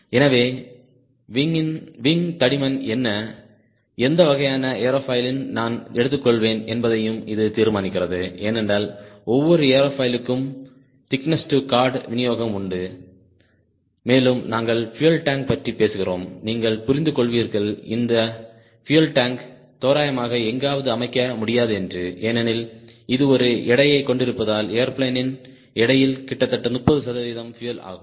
எனவே விங் தடிமன் என்ன எந்த வகையான ஏரோஃபாயில் நான் எடுத்துக்கொள்வேன் என்பதையும் இது தீர்மானிக்கிறது ஏனென்றால் ஒவ்வொரு ஏரோஃபாயிலுக்கும் திக்நெஸ் டு கார்ட் விநியோகம் உண்டு மேலும் நாங்கள் பியூயல் டாங்க் பற்றி பேசுகிறோம் நீங்கள் புரிந்து கொள்வீர்கள் இந்த பியூயல் டாங்க் தோராயமாக எங்காவது அமைக்க முடியாது என்று ஏனெனில் இது ஒரு எடையைக் கொண்டிருப்பதால் ஏர்பிளேனின் எடையில் கிட்டத்தட்ட 30 சதவீதம் பியூயல் ஆகும்